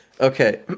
Okay